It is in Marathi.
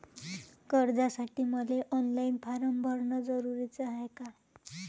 कर्जासाठी मले ऑनलाईन फारम भरन जरुरीच हाय का?